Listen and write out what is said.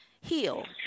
heal